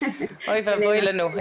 אוי ואבוי לנו.